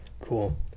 Cool